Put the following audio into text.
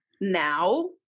now